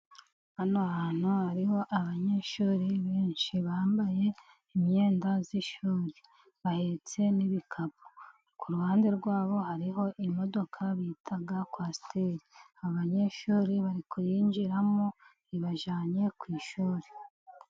Hano hantu hariho abanyeshuri benshi bambaye imyenda y'ishuri, bahetse n'ibikapu. Ku ruhande rwabo hariho imodoka bita kwasiteri, abanyeshuri bari kuyinjiramo ibajyanye ku ishuri.